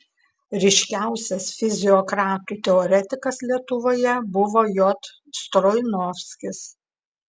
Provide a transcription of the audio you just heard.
ryškiausias fiziokratų teoretikas lietuvoje buvo j stroinovskis